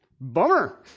Bummer